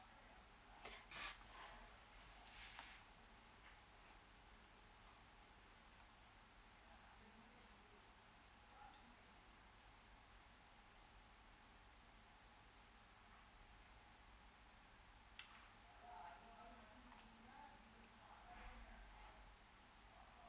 mm oh